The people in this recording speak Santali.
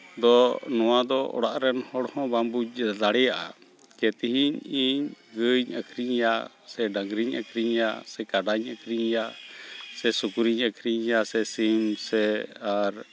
ᱟᱫᱚ ᱱᱚᱣᱟ ᱫᱚ ᱚᱲᱟᱜ ᱨᱮᱱ ᱦᱚᱲ ᱦᱚᱸ ᱵᱟᱢ ᱵᱩᱡᱽ ᱫᱟᱲᱮᱭᱟᱜᱼᱟ ᱡᱮ ᱛᱮᱦᱮᱧ ᱤᱧ ᱜᱟᱹᱭᱤᱧ ᱟᱹᱠᱷᱨᱤᱧᱮᱭᱟ ᱥᱮ ᱰᱟᱝᱨᱤᱧ ᱟᱹᱠᱷᱨᱤᱧᱮᱭᱟ ᱥᱮ ᱠᱟᱰᱟᱧ ᱟᱹᱠᱷᱨᱤᱧᱮᱭᱟ ᱥᱮ ᱥᱩᱠᱨᱤᱧ ᱟᱹᱠᱷᱨᱤᱧᱮᱭᱟ ᱥᱮ ᱥᱤᱢ ᱥᱮ ᱟᱨ